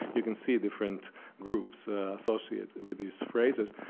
you can see different groups associate with these phrases.